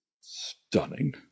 stunning